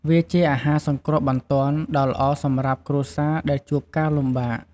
វាជាអាហារសង្គ្រោះបន្ទាន់ដ៏ល្អសម្រាប់គ្រួសារដែលជួបការលំបាក។